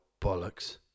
bollocks